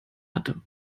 hatte